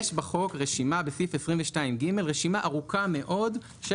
יש בחוק בסעיף 22ג רשימה ארוכה מאוד של